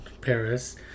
Paris